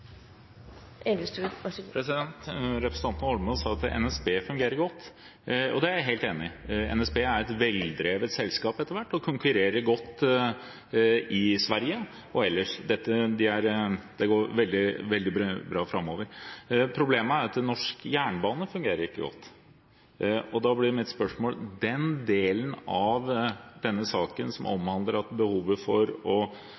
i regjering. Representanten Holmås sa at NSB fungerer godt. Det er jeg helt enig i. NSB er etter hvert et veldrevet selskap og konkurrerer godt i Sverige og ellers, det går veldig bra. Problemet er at norsk jernbane ikke fungerer godt. Da blir mitt spørsmål: Når det gjelder den delen av saken som omhandler behovet for å